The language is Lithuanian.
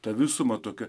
tą visumą tokią